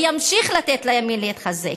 וימשיך לתת לימין להתחזק.